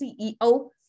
CEO